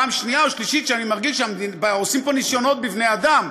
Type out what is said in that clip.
פעם שנייה או שלישית שאני מרגיש שעושים פה ניסיונות בבני-אדם.